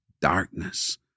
darkness